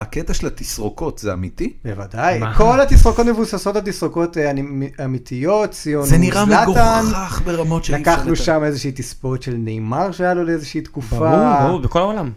הקטע של התסרוקות זה אמיתי? בוודאי, כל התסרוקות מבוססות על התסרוקות אמיתיות, ציונות, לטעם. זה נראה מגוברגוכמות של אינסטרנט. לקחנו שם איזושהי תספורת של נאיי ר שהיה לו לאיזושהי תקופה. ברור ברור, בכל העולם.